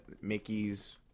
Mickey's